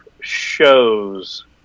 shows